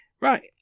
Right